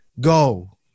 Go